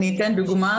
למשל,